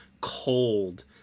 cold